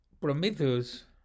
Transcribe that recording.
Prometheus